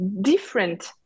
different